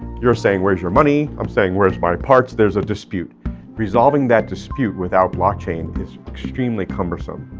you're saying where's your money, i'm saying where's my parts there's a dispute resolving that dispute without blockchain is extremely cumbersome.